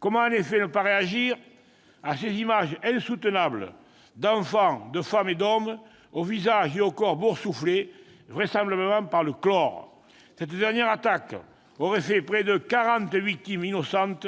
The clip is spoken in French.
Comment en effet ne pas réagir face à ces images insoutenables d'enfants, de femmes et d'hommes aux visages et aux corps boursouflés, vraisemblablement par le chlore ? Cette dernière attaque aurait fait près de quarante victimes innocentes